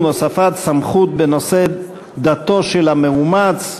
הוספת סמכות בנושא דתו של המאומץ),